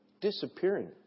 disappearing